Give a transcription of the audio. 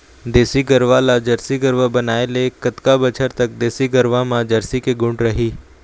देसी गरवा ला जरसी गरवा बनाए ले कतका बछर तक देसी गरवा मा जरसी के गुण रही?